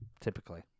typically